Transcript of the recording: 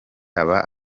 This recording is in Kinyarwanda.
aba